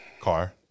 car